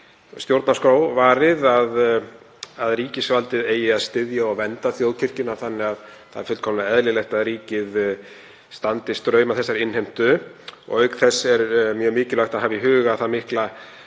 stjórnarskrárvarið að ríkisvaldið eigi að styðja og vernda þjóðkirkjuna þannig að það er fullkomlega eðlilegt að ríkið standi straum af þessari innheimtu. Það er einnig mjög mikilvægt að hafa í huga það mikla